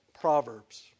Proverbs